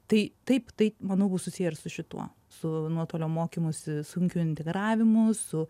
tai taip taip manau bus susiję ir su šituo su nuotoliams mokymusi sunkiu integravimu su